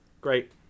great